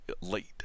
late